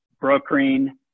brokering